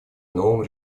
новом